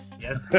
yes